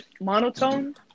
monotone